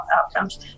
outcomes